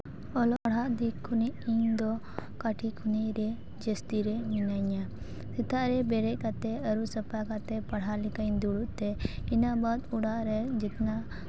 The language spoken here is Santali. ᱚᱞᱚᱜ ᱯᱟᱲᱦᱟᱜ ᱫᱤᱠ ᱠᱷᱚᱱᱤᱡ ᱤᱧ ᱫᱚ ᱠᱟᱹᱴᱤᱡ ᱠᱷᱚᱱᱤᱧ ᱨᱮ ᱡᱟᱹᱥᱛᱤ ᱨᱮ ᱢᱤᱱᱟᱹᱧᱟ ᱥᱮᱛᱟᱜ ᱨᱮ ᱵᱮᱨᱮᱫ ᱠᱟᱛᱮ ᱟᱹᱨᱩᱵ ᱥᱟᱯᱷᱟ ᱠᱟᱛᱮ ᱯᱟᱲᱦᱟᱣ ᱞᱮᱠᱟᱧ ᱫᱩᱲᱩᱵ ᱛᱮ ᱤᱱᱟᱹ ᱵᱟᱫ ᱚᱲᱟᱜ ᱨᱮ ᱡᱤᱛᱱᱟᱹ